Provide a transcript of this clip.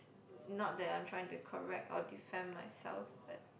not that I'm trying to correct or defend myself but